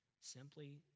Simply